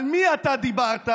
על מי אתה דיברת?